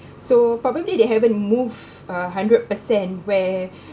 so probably they haven't moved a hundred per cent where